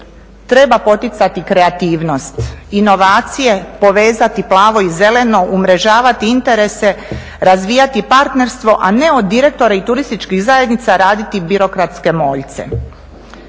Treba poticati kreativnost, inovacije, povezati plavo i zeleno, umrežavati interese, razvijati partnerstvo a na od direktora i turističkih zajednica raditi birokratske moljce.